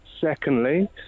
secondly